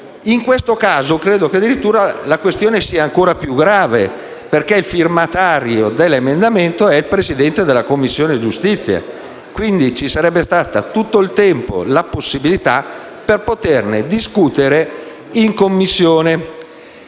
in questo caso la questione sia ancora più grave, perché il firmatario dell'emendamento è il Presidente della Commissione giustizia e, quindi, ci sarebbero stati tutto il tempo e la possibilità per poterne discutere in Commissione.